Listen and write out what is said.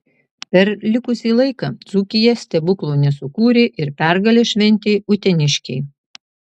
per likusį laiką dzūkija stebuklo nesukūrė ir pergalę šventė uteniškiai